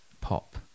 pop